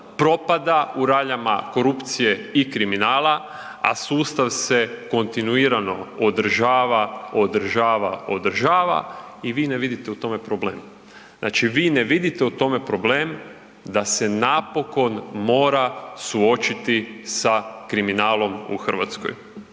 propada u raljama korupcije i kriminala, a sustav se kontinuirano održava, održava, održava i vi ne vidite u tome problem. Znači vi ne vidite u tome problem da se napokon mora suočiti sa kriminalom u Hrvatskoj.